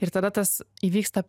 ir tada tas įvyksta